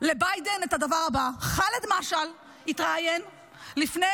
לביידן את הדבר הבא: ח'אלד משעל התראיין לפני